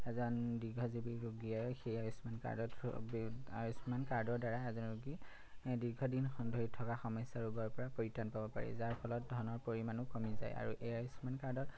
এজন দীৰ্ঘজীৱী ৰোগীয়ে সেই আয়ুষ্মান কাৰ্ডত আয়ুস্মান কাৰ্ডৰ দ্বাৰা এজন ৰোগী দীৰ্ঘদিন ঠন ধৰি থকা থকা সমস্যা ৰোগৰ পৰা পৰিত্ৰাণ পাব পাৰি যাৰ ফলত ধনৰ পৰিমাণো কমি যায় আৰু এই আয়ুস্মান কাৰ্ডত